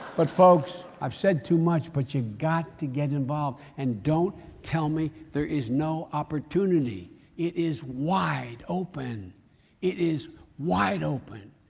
but folks, i've said too much but you've got to get involved and don't tell me there is no opportunity. it is wide open. it is wide open.